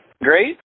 great